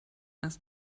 erst